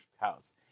house